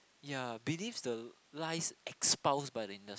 ya believes the lies exposed by the industry